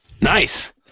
Nice